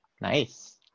Nice